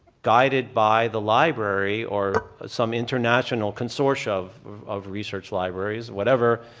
guided by the library or some international consortia of of research libraries, whatever,